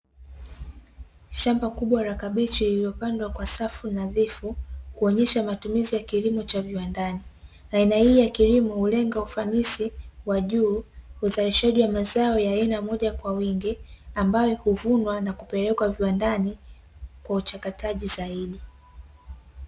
Shamba kubwa la kabichi lililopandwa kwa safu nadhifu, kuonyesha matumizi ya kilimo cha viwandani. Aina hii ya kilimo hulenga ufanisi wa juu, uzalishaji wa mazao ya aina moja kwa wingi ambayo huvunwa na kupelekwa viwandani kwa uchakataji zaidi.